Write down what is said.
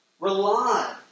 rely